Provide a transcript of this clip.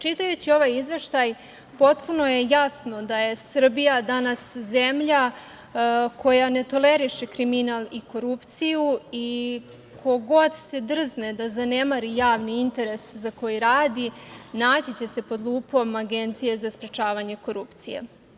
Čitajući ovaj izveštaj, potpuno je jasno da je Srbija danas zemlja koja ne toleriše kriminal i korupciju i ko god se drzne da zanemari javni interes za koji radi naći će se pod lupom Agencije za sprečavanje korupcije.